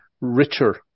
richer